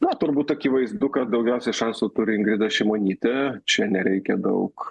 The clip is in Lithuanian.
na turbūt akivaizdu kad daugiausiai šansų turi ingrida šimonytė čia nereikia daug